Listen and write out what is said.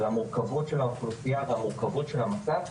מורכבות האוכלוסייה ומורכבות המצב,